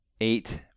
eight